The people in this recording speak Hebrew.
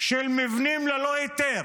של מבנים ללא היתר,